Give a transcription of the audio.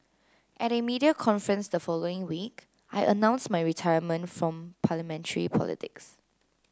at a media conference the following week I announced my retirement from parliamentary politics